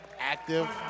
active